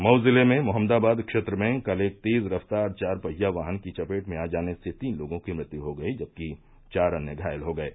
मऊ जिले में मोहम्मदाबाद क्षेत्र में कल एक तेज रफ्तार चार पहिया वाहन की चपेट में आ जाने से तीन लोगों की मृत्यु हो गयी जबकि चार अन्य घायल हो गये